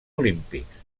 olímpics